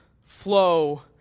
flow